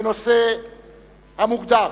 בנושא המוגדר: